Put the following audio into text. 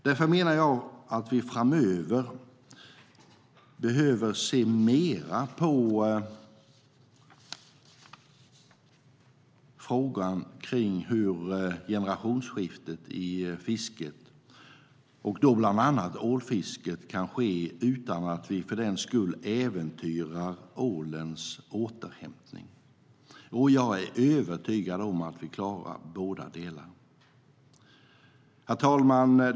Därför menar jag att vi framöver behöver titta mer på frågan hur generationsskiften i fisket, och då bland annat ålfisket, kan ske utan att vi för den skull äventyrar ålens återhämtning. Jag är övertygad om att vi klarar båda delarna. Herr talman!